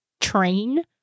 train